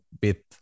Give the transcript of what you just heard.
bit